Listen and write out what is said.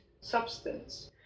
substance